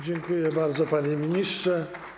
Dziękuję bardzo, panie ministrze.